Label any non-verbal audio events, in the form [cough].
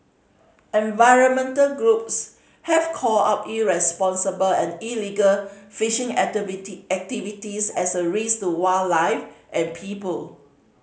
environmental groups have called out irresponsible and illegal fishing [unintelligible] activities as a risk to wildlife and people